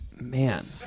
Man